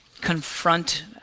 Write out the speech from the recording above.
confront